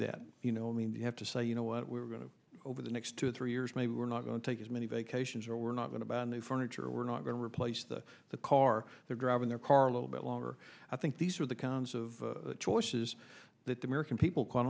that you know i mean you have to say you know what we're going to over the next two three years maybe we're not going to take as many vacations or we're not going to buy a new furniture we're not going to replace the the car they're driving their car a little bit longer i think these are the kinds of choices that the american people quite